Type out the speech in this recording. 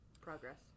progress